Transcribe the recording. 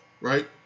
right